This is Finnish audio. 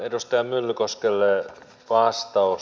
edustaja myllykoskelle vastaus